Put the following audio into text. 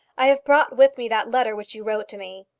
i have brought with me that letter which you wrote to me.